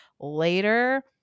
later